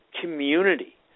community